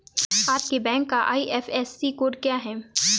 आपके बैंक का IFSC code क्या है?